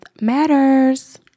matters